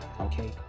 okay